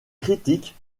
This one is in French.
critique